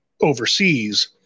overseas